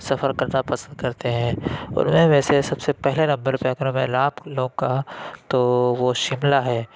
سفر کرنا پسند کرتے ہیں اُنہیں میں سے سب سے پہلے نمبر پہ اگر میں نام لوں گا تو وہ شملہ ہے